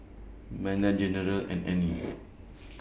Manda General and Annie